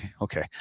Okay